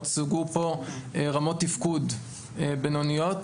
הוצגו פה רמות תפקוד בינוניות.